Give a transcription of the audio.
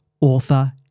author